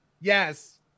Yes